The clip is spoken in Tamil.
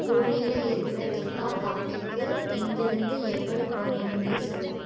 புனேயில இருக்கிற துர்கா காஃபேக்கு இங்கிருந்து எப்படி போகணும்னு சொல்லு